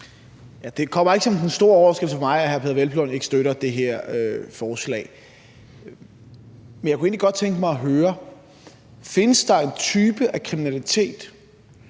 Det kommer ikke som den store overraskelse for mig, at hr. Peder Hvelplund ikke støtter det her forslag. Men jeg kunne egentlig godt tænke mig at høre: Findes der en type kriminalitet,